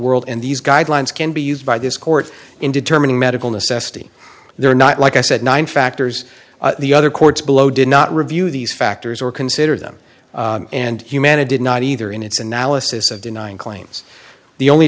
world and these guidelines can be used by this court in determining medical necessity they are not like i said nine factors the other courts below did not review these factors or consider them and humana did not either in its analysis of denying claims the only